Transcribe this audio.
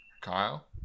Kyle